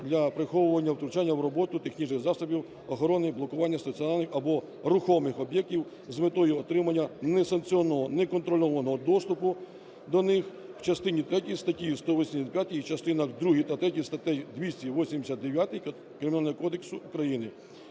для приховування втручання в роботу технічних засобів охорони і блокування стаціонарних або рухомих об'єктів з метою отримання несанкціонованого, неконтрольованого доступу до них в частині третій статті 185 і в частинах другій та третій статті 289 Кримінального кодексу України.